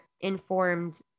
informed